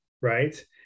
Right